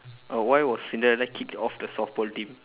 uh why was cinderella kicked off the softball team